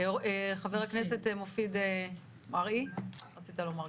חבר הכנסת מופיד מרעי, בבקשה.